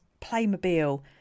Playmobil